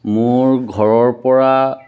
মোৰ ঘৰৰ পৰা